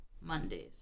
Mondays